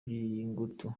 by’ingutu